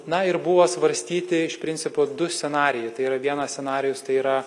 na ir buvo svarstyti iš principo du scenarijai tai yra vienas scenarijus tai yra